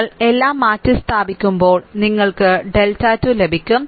നിങ്ങൾ എല്ലാം മാറ്റിസ്ഥാപിക്കുമ്പോൾ നിങ്ങൾക്ക് ഡെൽറ്റ 2 ലഭിക്കും